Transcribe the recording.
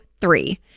three